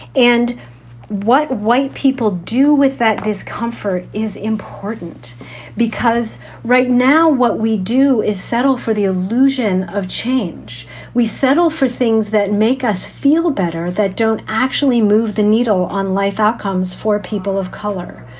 and what white people do with that discomfort is important because right now what we do is settle for the illusion of change. we settle for things that make us feel better, that don't actually move the needle on life outcomes for people of color.